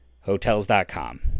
Hotels.com